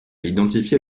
identifier